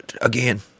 again